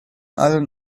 allen